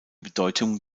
bedeutung